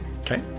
Okay